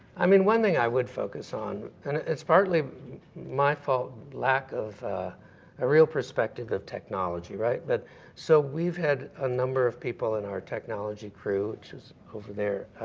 i mean one thing i would focus on, and it's partly my fault, lack of a real perspective of technology, right? but so we've had a number of people in our technology, which is over there,